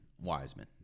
Wiseman